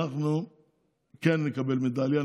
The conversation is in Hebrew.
אנחנו כן נקבל מדליה,